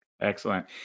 Excellent